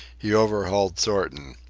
he overhauled thornton.